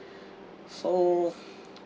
so